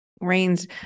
rains